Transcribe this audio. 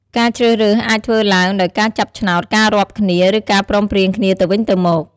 ការជ្រើសរើសអាចធ្វើឡើងដោយការចាប់ឆ្នោត ការរាប់គ្នា ឬការព្រមព្រៀងគ្នាទៅវិញទៅមក។